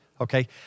Okay